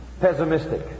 Pessimistic